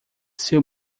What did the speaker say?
seu